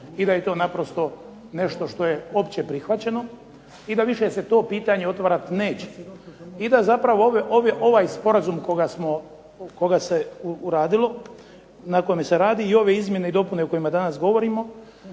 i da je to naprosto nešto što je opće prihvaćeno i da više se to pitanje otvarati neće. I da zapravo ovaj Sporazum na kojemu se radi i ove izmjene i dopune o kojima danas govorimo